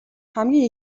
хамгийн